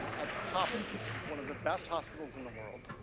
at hopkins, one of the best hospitals in the world,